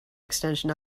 extension